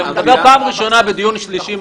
אני מדבר פעם ראשונה בדיון שלישי,